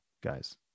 guys